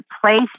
place